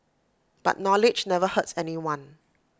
but knowledge never hurts anyone